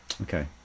Okay